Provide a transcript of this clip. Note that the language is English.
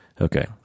Okay